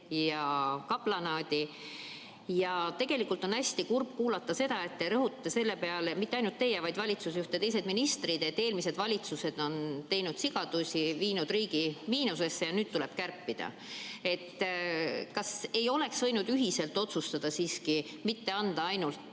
ja kaplanaadi. Tegelikult on hästi kurb kuulata seda, et te rõhute selle peale – mitte ainult teie, vaid ka valitsusjuht ja teised ministrid –, et eelmised valitsused on teinud sigadusi, viinud riigi miinusesse ja nüüd tuleb kärpida. Kas ei oleks võinud siiski ühiselt otsustada, mitte anda ainult